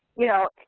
you know,